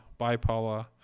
bipolar